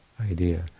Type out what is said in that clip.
idea